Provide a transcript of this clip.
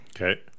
Okay